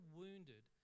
wounded